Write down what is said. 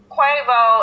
Quavo